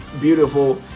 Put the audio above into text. beautiful